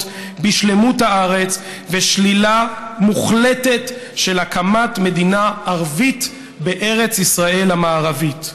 בשלמות הארץ ושלילה מוחלטת של הקמת מדינה ערבית בארץ ישראל המערבית.